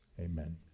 Amen